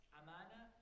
amana